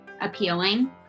appealing